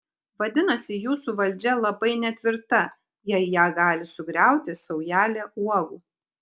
vadinasi jūsų valdžia labai netvirta jei ją gali sugriauti saujelė uogų